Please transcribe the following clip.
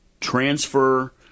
transfer